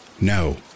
No